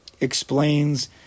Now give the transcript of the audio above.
explains